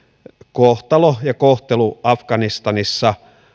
kohtalo ja kohtelu afganistanissa